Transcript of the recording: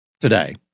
today